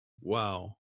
wow